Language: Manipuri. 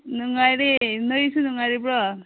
ꯅꯨꯡꯉꯥꯏꯔꯤ ꯅꯣꯏꯁꯨ ꯅꯨꯡꯉꯥꯏꯔꯤꯕ꯭ꯔꯣ